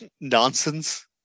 nonsense